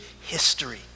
history